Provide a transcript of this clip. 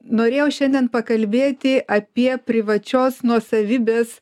norėjau šiandien pakalbėti apie privačios nuosavybės